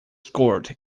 scored